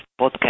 podcast